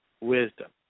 wisdom